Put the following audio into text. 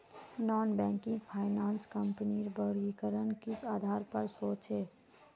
Non banking finance कंपनीर वर्गीकरण किस आधार पर होचे?